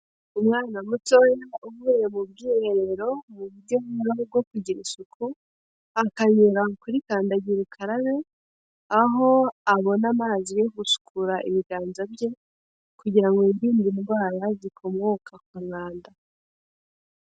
Umwana mutoya uvuye mu bwiherero, mu buryo bumwe bwo kugira isuku, akanyura kuri kandagirukararabe, aho abona amazi yo gusukura ibiganza bye, kugira yirinde indwara zikomoka ku mwanda.